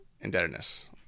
indebtedness